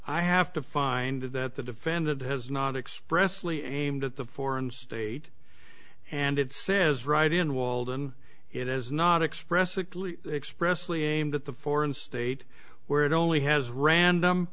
i have to find that the defendant has not expressly aimed at the foreign state and it says right in walden it is not expressive expressly aimed at the foreign state where it only has random